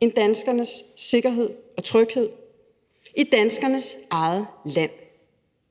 end danskernes sikkerhed og tryghed i danskernes eget land.